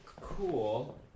cool